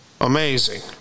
amazing